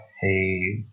hey